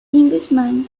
englishman